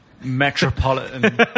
metropolitan